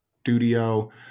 studio